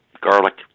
garlic